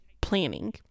planning